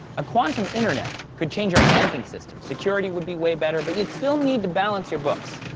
a quantum internet could change our banking system, security would be way better, but you'd still need balance your books.